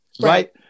right